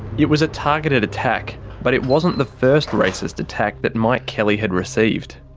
it was a targeted attack but it wasn't the first racist attack that mike kelly had received.